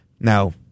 Now